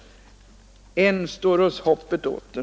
Än står oss hoppet åter.